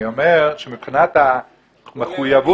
אני אומר שמבחינת המחויבות,